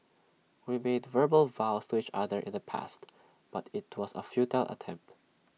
we made verbal vows to each other in the past but IT was A futile attempt